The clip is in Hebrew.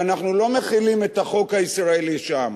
שאנחנו לא מחילים את החוק הישראלי שם?